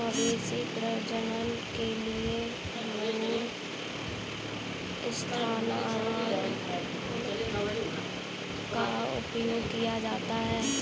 मवेशी प्रजनन के लिए भ्रूण स्थानांतरण का उपयोग किया जाता है